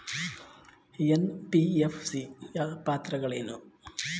NBFC ಯ ಪಾತ್ರಗಳೇನು?